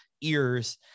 ears